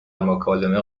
مکالمه